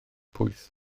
pwyth